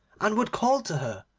and would call to her,